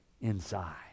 inside